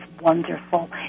wonderful